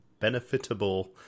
benefitable